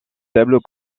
tableau